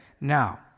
Now